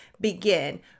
begin